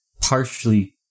partially